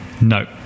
No